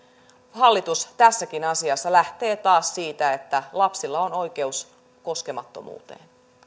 hallitus tässäkin asiassa lähtee taas siitä että lapsilla on oikeus koskemattomuuteen